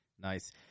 Nice